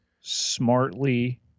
smartly